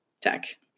tech